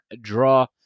draw